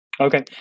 Okay